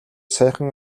саяхан